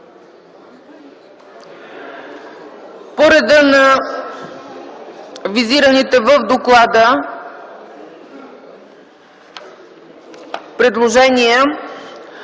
По реда на визираните в доклада предложения: